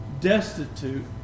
destitute